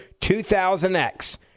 2000X